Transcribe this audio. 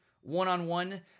one-on-one